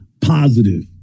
positive